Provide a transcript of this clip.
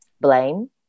blame